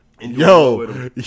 yo